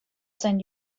send